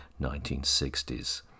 1960s